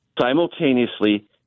simultaneously